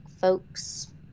folks